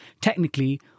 technically